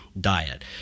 diet